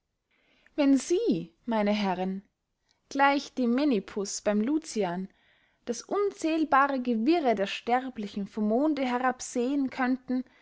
wenn sie meine herren gleich dem menippus beym lucian das unzählbare gewirre der sterblichen vom monde herab sehen könnten